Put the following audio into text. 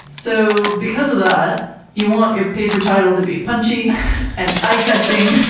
so because of that you want your paper title to be punchy and eye catching.